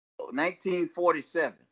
1947